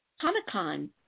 Comic-Con